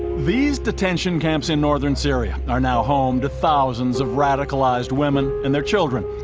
these detention camps in northern syria are now home to thousands of radicalized women and their children,